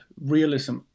realism